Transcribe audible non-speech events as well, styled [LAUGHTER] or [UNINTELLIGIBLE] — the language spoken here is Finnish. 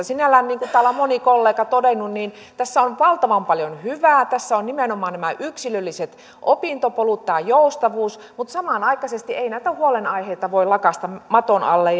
[UNINTELLIGIBLE] sinällään niin kuin täällä on moni kollega todennut tässä on valtavan paljon hyvää tässä ovat nimenomaan nämä yksilölliset opintopolut tämä joustavuus mutta samanaikaisesti ei näitä huolenaiheita voi lakaista maton alle [UNINTELLIGIBLE]